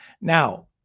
Now